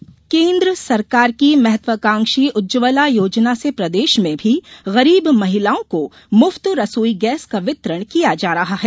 उज्जवला योजना केन्द्र सरकार की महात्वाकांक्षी उज्जवला योजना से प्रदेश में भी गरीब महिलाओं को मुफ्त रसोई गैस का वितरण किया जा रहा है